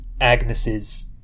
Agnes's